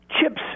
chips